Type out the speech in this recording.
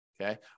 Okay